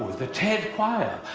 the ted choir.